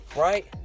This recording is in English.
right